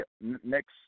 next